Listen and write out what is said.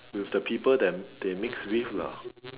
with the people that they mix with lah